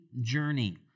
journey